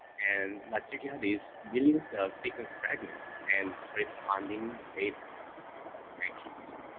and what you get is millions of sequence fragments and corresponding base call accuracy.